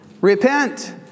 repent